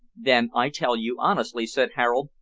then, i tell you honestly, said harold,